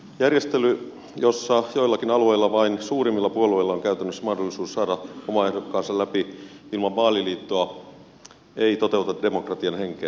järjestely jossa joillakin alueilla vain suurimmilla puolueilla on käytännössä mahdollisuus saada oma ehdokkaansa läpi ilman vaaliliittoa ei toteuta demokratian henkeä